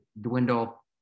dwindle